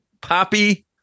Poppy